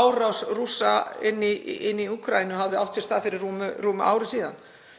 árás Rússa inn í Úkraínu hafði átt sér stað fyrir rúmu ári síðan.